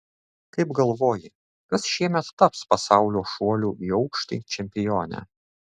kaip galvoji kas šiemet taps pasaulio šuolių į aukštį čempione